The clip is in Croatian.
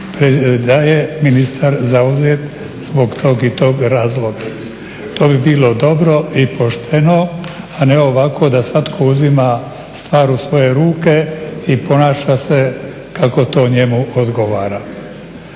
da je ministar zauzet zbog tog i tog razloga. To bi bilo dobro i pošteno, a ne ovako da svatko uzima stvar u svoje ruke i ponaša se kako to njemu odgovara.